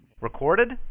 Recorded